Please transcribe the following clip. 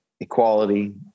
equality